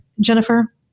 Jennifer